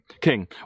King